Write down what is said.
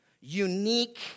unique